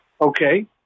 okay